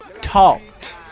talked